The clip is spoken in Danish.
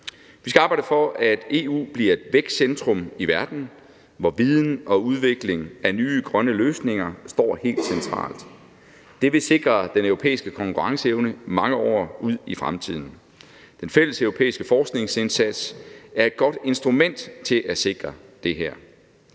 Vi skal arbejde for, at EU bliver et vækstcentrum i verden, hvor viden og udvikling af nye grønne løsninger står helt centralt. Det vil sikre den europæiske konkurrenceevne mange år ud i fremtiden. Den fælleseuropæiske forskningsindsats er et godt instrument til at sikre det her.